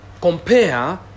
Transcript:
compare